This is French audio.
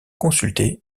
consulté